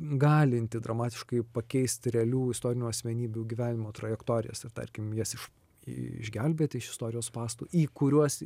galinti dramatiškai pakeisti realių istorinių asmenybių gyvenimo trajektorijas ar tarkim jas iš išgelbėti iš istorijos spąstų į kuriuos